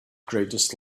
greatest